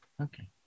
Okay